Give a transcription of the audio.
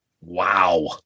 Wow